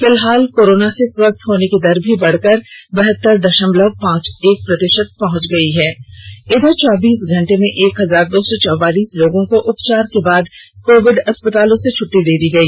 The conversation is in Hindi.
फिलहाल कोरोना से स्वस्थ होने की दर भी बढ़कर बहतर दशमलव पांच एक प्रतिशत पहुंच गई है इधर चौबीस घंटे में एक हजार दो सौ चौबालीस लोगों को उपचार के बाद कोविड अस्पतालों से छुट्टी दे दी गई